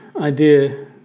idea